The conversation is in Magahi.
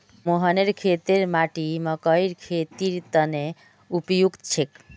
मोहनेर खेतेर माटी मकइर खेतीर तने उपयुक्त छेक